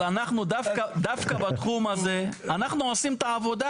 אבל דווקא בתחום הזה אנחנו עושים את העבודה.